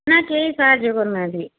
ନା କେହି ସାହାଯ୍ୟ କରି ନାହାନ୍ତି